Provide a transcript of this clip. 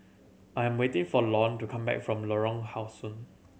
I'm waiting for Lorne to come back from Lorong How Sun